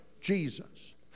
Jesus